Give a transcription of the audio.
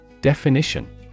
Definition